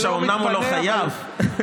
אומנם הוא לא חייב,